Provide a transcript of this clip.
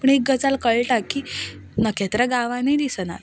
पूण एक गजाल कळटा की नखेत्रां गांवांनीय दिसनात